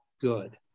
good